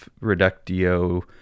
Reductio